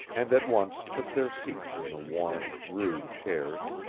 and at once took their seats in the worn, rude chairs.